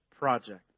project